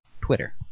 Twitter